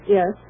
Yes